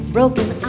Broken